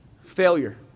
Failure